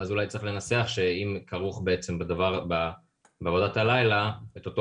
ואז אולי צריך לנסח שאם כרוך בעצם בעבודת הלילה את אותו